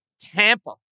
Tampa